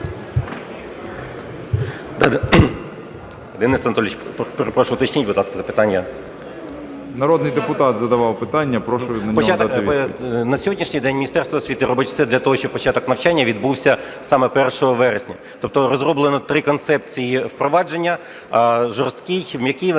Денис Анатолійович, перепрошую, уточніть, будь ласка, запитання. ШМИГАЛЬ Д.А. Народний депутат задавав питання, прошу на нього дати відповідь. ГАРБАРУК І.М. На сьогоднішній день Міністерство освіти робить все для того, щоб початок навчання відбувся саме 1 вересня. Тобто розроблено три концепції впровадження: жорсткій, м'який варіант